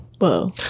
Whoa